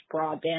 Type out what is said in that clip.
broadband